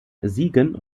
siegen